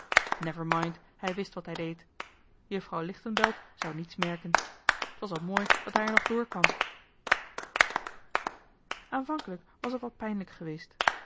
hij wist wat hij deed juffrouw lichtenbelt zou niets merken t was al mooi dat hij er nog door kwam aanvankelijk was het wat pijnlijk geweest